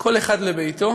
כל אחד לביתו.